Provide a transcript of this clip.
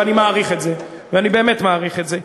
ואני באמת מעריך את זה.